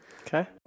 Okay